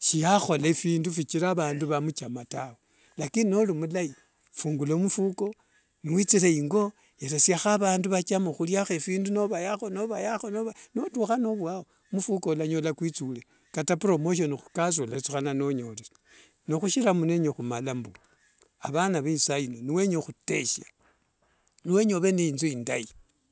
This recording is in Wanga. shiahola phindu phikira vandu vamchama tawe. Lakini nolimlai phungula mfuko niwithire ingo yeresiaho avandu vathama khuliakho phindu novayakho novayakho novayakho nothuhana novwao mfuko walanyola kwithule kata promotion khukasi welethukhana nonyore. Nokhushira nindenya khumala mbu, avana vaisaino niwenya khuteshia, nuwenya ove nende inthu indai.